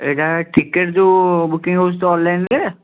ଏଇଟା ଟିକେଟ୍ ଯେଉଁ ବୁକିଙ୍ଗ୍ ହେଉଛି ତ ଅନ୍ଲାଇନ୍ରେ